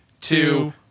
two